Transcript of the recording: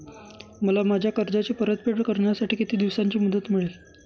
मला माझ्या कर्जाची परतफेड करण्यासाठी किती दिवसांची मुदत मिळेल?